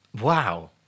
Wow